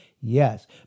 Yes